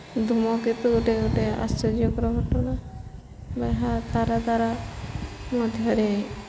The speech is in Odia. ଧୂମକେତୁ ଗୋଟେ ଗୋଟେ ଆଶ୍ଚର୍ଯ୍ୟକର ଘଟଣା ବା ଏହା ତାରା ତାରା ମଧ୍ୟରେ